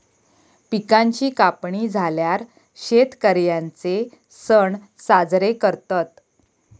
पिकांची कापणी झाल्यार शेतकर्यांचे सण साजरे करतत